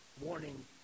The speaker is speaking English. warning